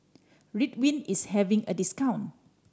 Ridwind is having a discount